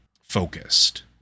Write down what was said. focused